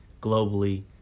globally